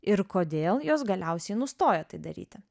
ir kodėl jos galiausiai nustojo tai daryti